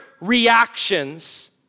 reactions